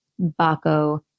Baco